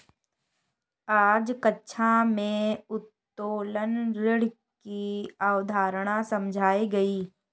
आज कक्षा में उत्तोलन ऋण की अवधारणा समझाई गई